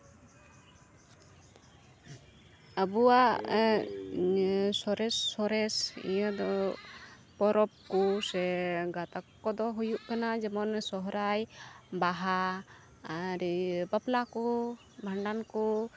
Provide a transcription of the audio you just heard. ᱟᱵᱚᱣᱟᱜ ᱥᱚᱨᱮᱥ ᱥᱚᱨᱮᱥ ᱤᱭᱟᱹ ᱫᱚ ᱯᱚᱨᱚᱵᱽ ᱠᱚ ᱥᱮ ᱜᱟᱛᱟᱠ ᱠᱚᱫᱚ ᱦᱩᱭᱩᱜ ᱠᱟᱱᱟ ᱡᱮᱢᱚᱱ ᱥᱚᱨᱦᱟᱭ ᱵᱟᱦᱟ ᱟᱨ ᱤᱭᱟᱹ ᱵᱟᱯᱞᱟ ᱠᱚ ᱵᱷᱟᱸᱰᱟᱱ ᱠᱚ